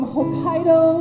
Hokkaido